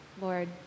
Lord